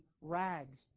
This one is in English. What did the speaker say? rags